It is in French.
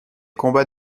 combats